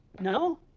No